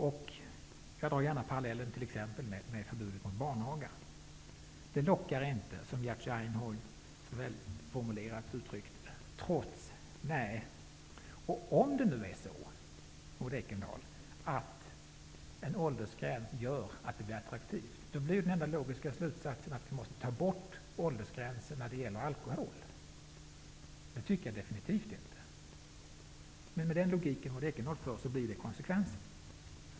Man kan dra en parallell med förbudet mot barnaga. Det lockar inte till trots, som Jerzy Einhorn så välformulerat uttryckte det. Om det nu är så, Maud Ekendahl, att en åldersgräns gör att det blir attraktivt att röka, blir den enda logiska slutsatsen att vi måste ta bort åldersgränsen för alkohol. Och det tycker jag definitivt inte. Men med den logik som Maud Ekendahl tillämpar blir detta konsekvensen.